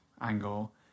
angle